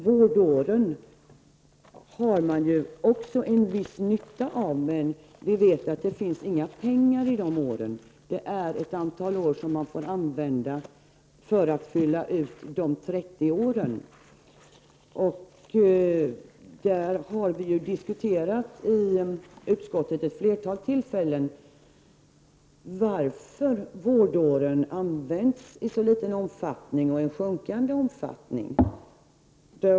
Vårdåren har man också en viss nytta av. Men de åren ger inga pengar. Det är ett antal år som man får använda för att fylla ut de 30 åren under vilka ATP-poängen skall intjänas. Vi har i utskottet vid ett flertal tillfällen diskuterat varför vårdåren används i så liten omfattning, och i en sjunkande omfattning.